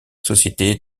société